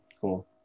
cool